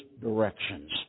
directions